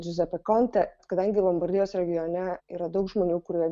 džiuzepė konte kadangi lombardijos regione yra daug žmonių kurie